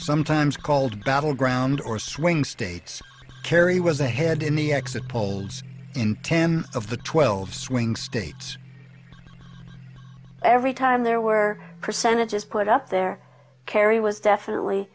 sometimes called battleground or swing states kerry was ahead in the exit polls in ten of the twelve swing states every time there were percentages put up there kerry was definitely